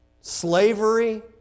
slavery